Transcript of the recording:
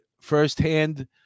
firsthand